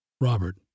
Robert